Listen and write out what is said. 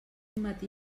matí